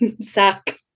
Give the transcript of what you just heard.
sack